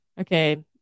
Okay